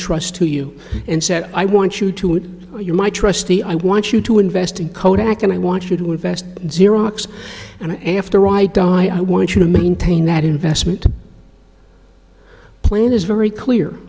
trust to you and said i want you to would you my trustee i want you to invest in kodak and i want you to invest xerox and after i die i want you to maintain that investment plan is very clear